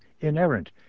inerrant